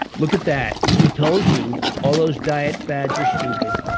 look at that. we told you, all those diet fads are stupid.